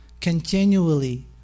continually